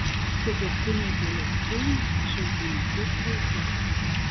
sutuoktiniai peleckiai išaugino tris vaikus